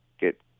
get